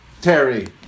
Terry